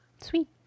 sweet